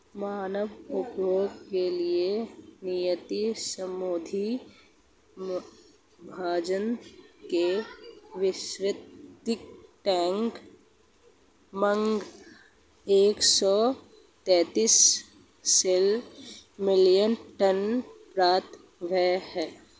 मानव उपभोग के लिए नियत समुद्री भोजन की वैश्विक मांग एक सौ तैंतालीस मिलियन टन प्रति वर्ष है